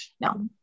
no